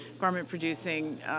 garment-producing